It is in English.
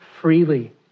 freely